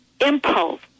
impulse